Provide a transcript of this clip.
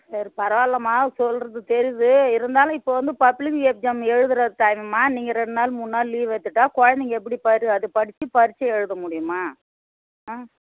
சரி பரவாயில்லம்மா சொல்கிறது தெரியுது இருந்தாலும் இப்போது வந்து பப்ளிக் எஸ்ஜாம் எழுதுகிற டைமும்மா நீங்கள் ரெண்டு நாள் மூணு நாள் லீவ் எடுத்துட்டால் குழந்தைங்க எப்பிடி படி அது படித்து பரிட்சை எழுத முடியும்மா ஆ